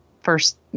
first